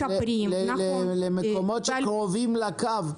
למקומות שקרובים לקו.